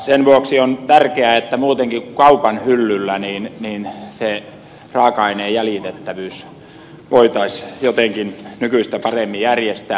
sen vuoksi on tärkeää että muutenkin kuin kaupan hyllyllä se raaka aineen jäljitettävyys voitaisiin jotenkin nykyistä paremmin järjestää